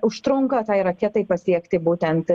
užtrunka tai raketai pasiekti būtent